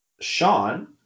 Sean